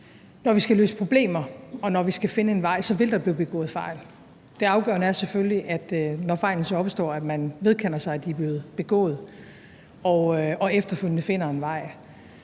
når vi skal løse problemer og når vi skal finde en vej, vil der blive begået fejl. Det afgørende er selvfølgelig, at når fejlene så opstår, at man vedkender sig, at de er blevet begået, og efterfølgende finder en vej.